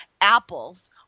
apples